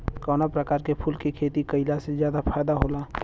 कवना प्रकार के फूल के खेती कइला से ज्यादा फायदा होला?